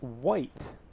white